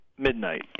midnight